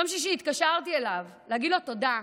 ביום שישי התקשרתי אליו להגיד לו תודה.